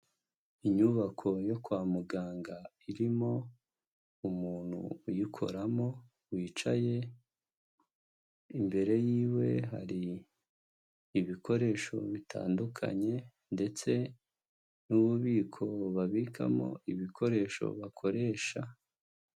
Inyubako yo kwa muganga irimo umuntu uyikoramo, wicaye, imbere yiwe hari ibikoresho bitandukanye ndetse n'ububiko babikamo ibikoresho bakoresha.